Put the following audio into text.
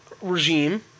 regime